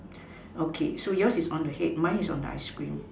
okay so yours is on the head mine is on the ice cream